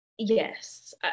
Yes